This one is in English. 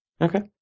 Okay